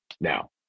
now